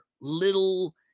little